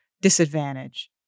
disadvantage